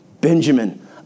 Benjamin